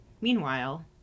meanwhile